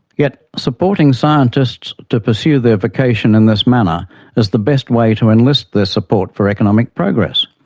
yet supporting scientists to pursue their vocation in this manner is the best way to enlist their support for economic progress.